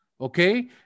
okay